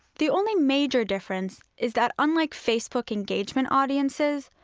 the only major difference is that unlike facebook engagement audiences,